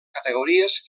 categories